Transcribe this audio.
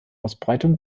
ausbreitung